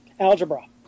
Algebra